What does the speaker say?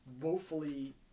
woefully